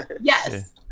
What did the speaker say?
Yes